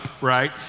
right